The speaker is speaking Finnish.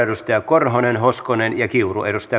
edustajille korhonen hoskonen ja kiuru